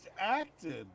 acted